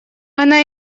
она